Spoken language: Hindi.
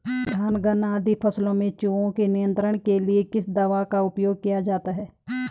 धान गन्ना आदि फसलों में चूहों के नियंत्रण के लिए किस दवाई का उपयोग किया जाता है?